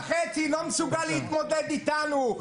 --- לא מסוגל להתמודד איתנו.